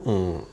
mm